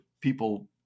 people